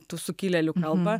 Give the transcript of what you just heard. tų sukilėlių kalba